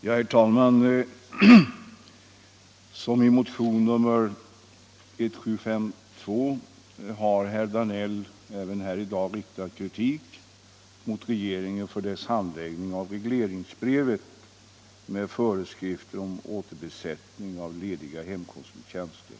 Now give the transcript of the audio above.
Herr talman! Såsom skett i motionen 1752 har herr Danell även här i dag riktat kritik mot regeringen för dess handläggning av regleringsbrevet med föreskrifter om återbesättning av lediga hemkonsulenttjänster.